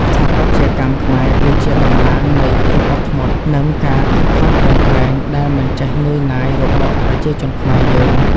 ស្ថាបត្យកម្មខ្មែរគឺជាតំណាងនៃភាពអត់ធ្មត់ និង ការខិតខំប្រឹងប្រែងដែលមិនចេះនឿយណាយរបស់ប្រជាជនខ្មែរយើង។